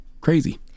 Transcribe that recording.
crazy